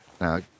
Now